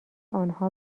آنها